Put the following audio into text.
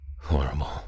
Horrible